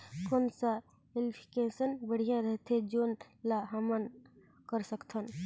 कौन सा एप्लिकेशन बढ़िया रथे जोन ल हमन कर सकथन?